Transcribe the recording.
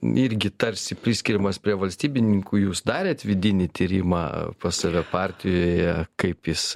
irgi tarsi priskiriamas prie valstybininkų jūs darėt vidinį tyrimą pas save partijoje kaip jis